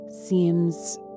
seems